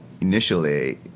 initially